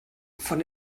von